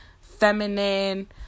feminine